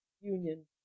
Union